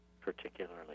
particularly